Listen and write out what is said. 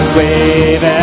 wave